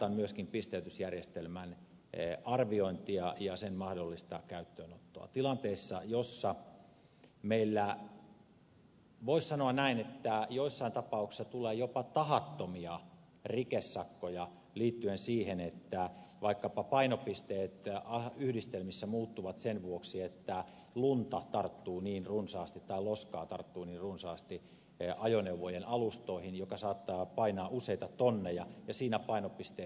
kannatan myöskin pisteytysjärjestelmän arviointia ja sen mahdollista käyttöönottoa tilanteessa jossa meillä voisi sanoa näin joissain tapauksissa tulee jopa tahattomia rikesakkoja liittyen siihen että vaikkapa painopisteet yhdistelmissä muuttuvat sen vuoksi että lunta tarttuu niin runsaasti tai loskaa tarttuu niin runsaasti ajoneuvojen alustoihin että se saattaa painaa useita tonneja ja siinä painopisteet muuttuvat